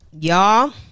y'all